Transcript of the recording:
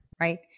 right